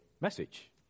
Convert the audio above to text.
message